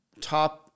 top